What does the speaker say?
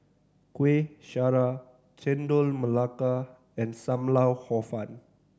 Kueh Syara Chendol Melaka and Sam Lau Hor Fun